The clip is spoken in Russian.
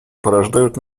порождают